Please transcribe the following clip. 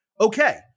Okay